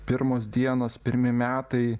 pirmos dienos pirmi metai